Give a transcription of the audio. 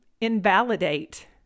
invalidate